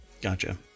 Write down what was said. Gotcha